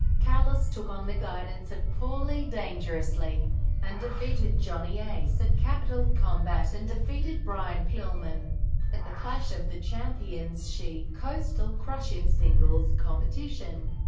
callous took on the guidance of paul e. dangerously and defeated johnny ace at capital combat and defeated brian pillman at the clash of the champions xi coastal crush in singles competition.